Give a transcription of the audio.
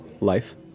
life